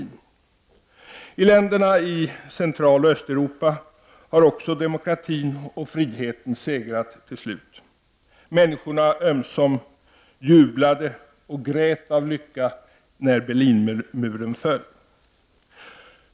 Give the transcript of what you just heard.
Även i länderna i Centraloch Östeuropa har demokratin och friheten segrat till slut. Människorna ömsom jublade, ömsom grät av lycka när Berlinmuren föll.